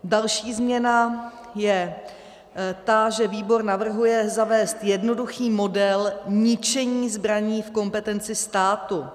Další změna je ta, že výbor navrhuje zavést jednoduchý model ničení zbraní v kompetenci státu.